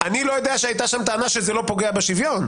אני לא יודע שהייתה שם טענה שזה לא פוגע בשוויון.